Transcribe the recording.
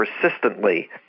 persistently